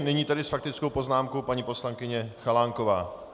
Nyní tedy s faktickou poznámkou paní poslankyně Chalánková.